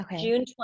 June